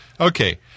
Okay